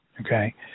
okay